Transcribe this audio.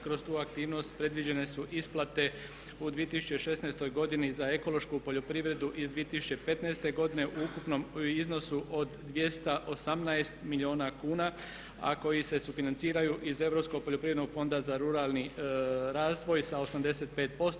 Kroz tu aktivnost predviđene su isplate u 2016. godini za ekološku poljoprivredu iz 2015. godine u ukupnom iznosu od 218 milijuna kuna a koji se sufinanciraju iz Europskog poljoprivrednog fonda za ruralni razvoj sa 85%